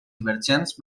divergents